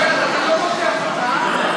יוצא מאולם